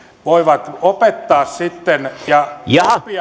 voivat opettaa sitten ja ja